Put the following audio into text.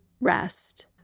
rest